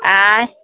आय